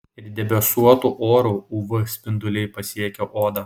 ir debesuotu oru uv spinduliai pasiekia odą